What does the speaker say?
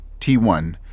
T1